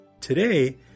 Today